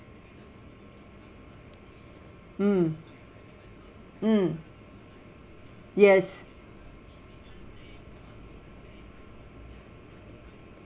mm mm yes